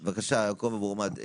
בבקשה, יעקב אבורמד,